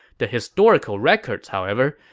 the historical records, however,